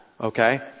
Okay